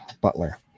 Butler